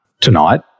tonight